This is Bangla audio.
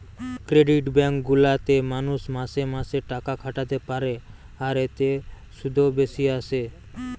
ক্রেডিট বেঙ্ক গুলা তে মানুষ মাসে মাসে টাকা খাটাতে পারে আর এতে শুধও বেশি আসে